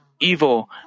evil